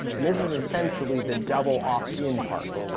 and this is essentially the double opt-in part.